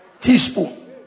teaspoon